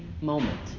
moment